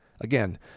again